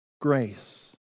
grace